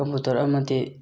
computer ꯑꯃꯗꯤ